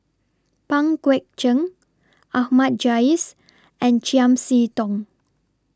Pang Guek Cheng Ahmad Jais and Chiam See Tong